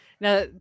Now